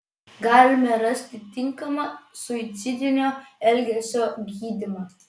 galime rasti tinkamą suicidinio elgesio gydymą